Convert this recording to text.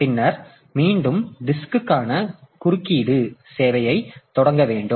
பின்னர் மீண்டும் டிஸ்க்கிற்கான குறுக்கீடு சேவையைத் தொடங்க வேண்டும்